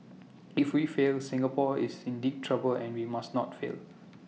if we fail Singapore is in deep trouble and we must not fail